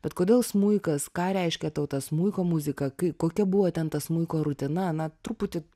bet kodėl smuikas ką reiškia tau ta smuiko muzika kai kokia buvo ten ta smuiko rutina na truputį